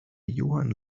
johann